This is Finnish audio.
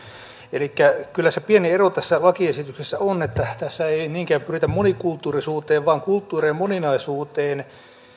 elikkä kyllä se pieni ero tässä lakiesityksessä on että tässä ei niinkään pyritä monikulttuurisuuteen vaan kulttuurien moninaisuuteen